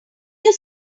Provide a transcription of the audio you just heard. your